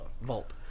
vault